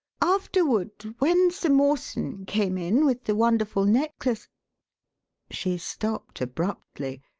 afterward, when sir mawson came in with the wonderful necklace she stopped abruptly,